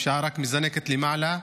הפשיעה רק מזנקת למעלה,